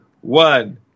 one